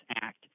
Act